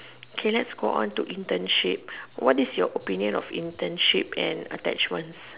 okay let's go on to internship what is your opinion on internship and attachments